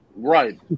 Right